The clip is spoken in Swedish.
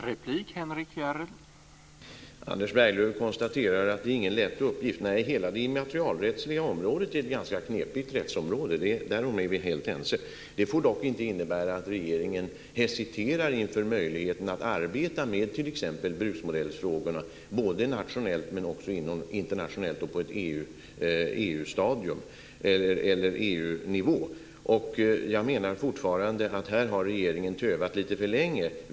Herr talman! Anders Berglöv konstaterar att det inte är någon lätt uppgift. Nej, hela det immaterialrättsliga området är ett ganska knepigt rättsområde. Därom är vi helt ense. Det får dock inte innebära att regeringen hesiterar inför möjligheten att arbeta med t.ex. bruksmodellfrågorna både nationellt och på EU nivå. Jag menar fortfarande att här har regeringen tövat lite för länge.